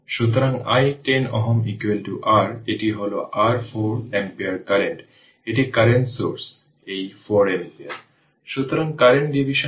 সুতরাং i 10 Ω r এটি হল r 4 অ্যাম্পিয়ার কারেন্ট এটি কারেন্ট সোর্স এই 4 অ্যাম্পিয়ার